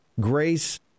Grace